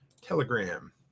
Telegram